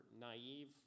naive